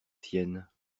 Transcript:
siennes